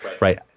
right